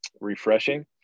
refreshing